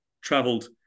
traveled